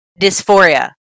dysphoria